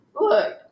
look